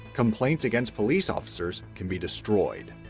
complaints against police officers can be destroyed.